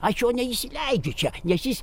aš jo neįsileidžiu čia nes jis